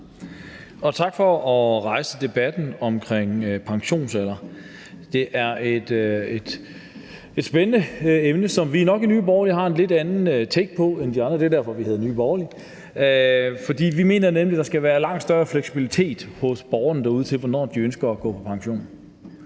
tak for at rejse debatten om pensionsalder. Det er et spændende emne, som vi i Nye Borgerlige nok har et lidt andet take på end de andre; det er derfor, vi hedder Nye Borgerlige. For vi mener nemlig, at der skal være langt større fleksibilitet hos borgerne derude, i forhold til hvornår de ønsker at gå på pension.